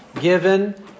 given